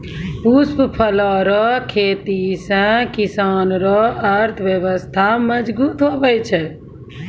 पुष्प फूलो रो खेती से किसान रो अर्थव्यबस्था मजगुत हुवै छै